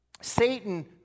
Satan